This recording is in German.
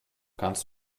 kannst